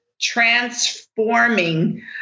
transforming